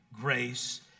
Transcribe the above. grace